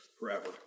Forever